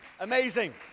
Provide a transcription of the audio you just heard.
Amazing